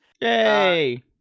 Yay